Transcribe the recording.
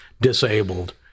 disabled